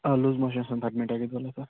ಹಾಂ loose motions ಅಂತ admit ಆಗಿದ್ದೆವಲ್ಲ ಸರ್